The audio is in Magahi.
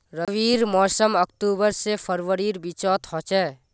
रविर मोसम अक्टूबर से फरवरीर बिचोत होचे